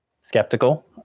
skeptical